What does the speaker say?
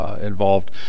involved